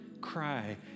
cry